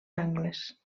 angles